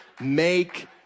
make